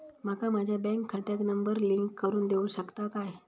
माका माझ्या बँक खात्याक नंबर लिंक करून देऊ शकता काय?